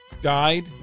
died